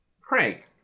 Craig